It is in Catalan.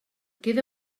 queda